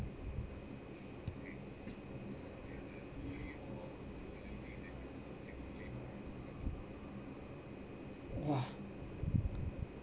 !wah!